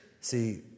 See